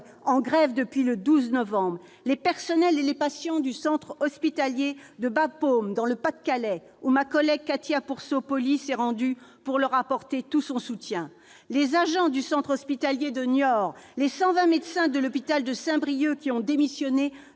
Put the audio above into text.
en grève depuis le 12 novembre dernier, les personnels et les patients du centre hospitalier de Bapaume, dans le Pas-de-Calais, où ma collègue Cathy Apourceau-Poly s'est rendue, pour leur apporter tout son soutien, les agents du centre hospitalier de Niort, les 120 médecins de l'hôpital de Saint-Brieuc, qui ont démissionné